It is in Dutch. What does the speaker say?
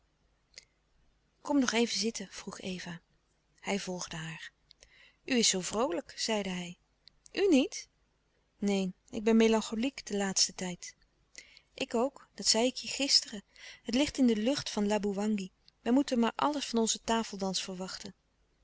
kom nog even zitten vroeg eva hij volgde haar u is zoo vroolijk zeide hij u niet neen ik ben melancholiek den laatsten tijd ik ook dat zei ik je gisteren het ligt in de lucht van laboewangi wij moeten maar alles van onzen tafeldans verwachten